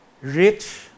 rich